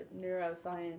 neuroscience